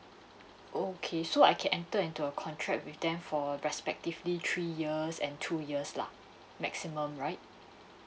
okay so I can enter into a contract with them for respectively three years and two years lah maximum right